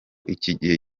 igihe